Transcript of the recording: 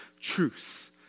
truce